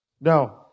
No